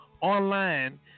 online